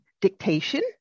dictation